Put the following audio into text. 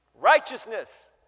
righteousness